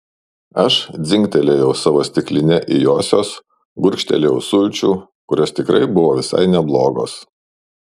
aš dzingtelėjau savo stikline į josios gurkštelėjau sulčių kurios tikrai buvo visai neblogos